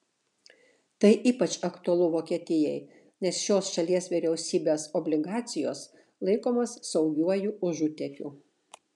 tai ypač aktualu vokietijai nes šios šalies vyriausybės obligacijos laikomos saugiuoju užutėkiu